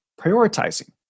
prioritizing